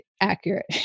accurate